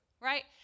right